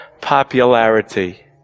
popularity